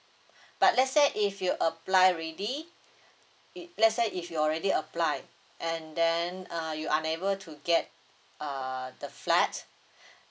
but let's say if you apply already let's say if you already apply and then uh you unable to get uh the flat